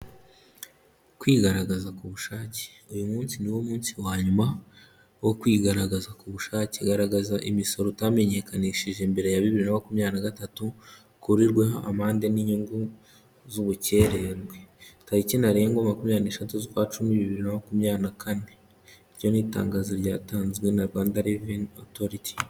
Kwigaragaza ku bushake, uyu munsi ni wo munsi wa nyuma wo kwigaragaza kwigaragaza ku bushake, garagaza imisoro utamenyekanishije mbere ya bibiri makumyabiri na gatatu, ukurirweho amande n'inyugo z'ubukererwe, tariki ntarengwa makumyabiri n'eshatu z'ukwa cumi bibiri na makumyabiri na kane, iryo ni itangazo ryatanzwe na Rwanda Revenue Authority.